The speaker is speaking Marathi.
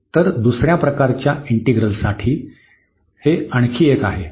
तर दुसर्या प्रकारच्या इंटिग्रलसाठी हे आणखी एक आहे